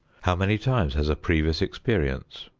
how many times has a previous experience,